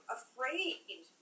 afraid